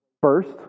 First